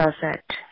perfect